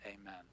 amen